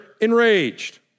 enraged